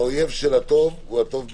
שהאויב של הטוב הוא הטוב ביותר.